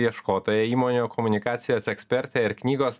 ieškotoją įmonių komunikacijos ekspertę ir knygos